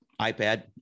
iPad